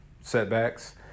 setbacks